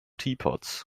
teapots